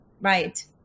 right